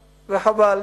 וחבל,